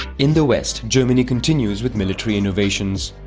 in the west, germany continues with military innovations.